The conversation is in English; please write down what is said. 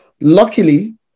Luckily